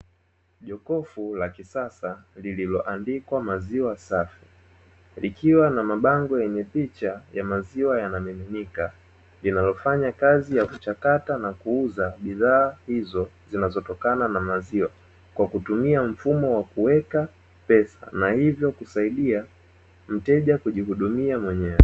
Jokofu la kisasa lililoandikwa maziwa safi, likiwa na mabango yenye picha ya maziwa yanamiminika, linalofanya kazi ya kuchakata na kuuza bidhaa hizo zinazotokana na maziwa, kwa kutumia mfumo wa kuweka pesa na hivyo kusaidia mteja kujihudumia mwenyewe.